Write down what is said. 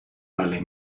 vale